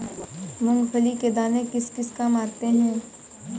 मूंगफली के दाने किस किस काम आते हैं?